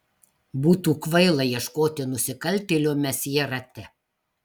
būtų kvaila ieškoti nusikaltėlio mesjė rate